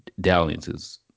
dalliances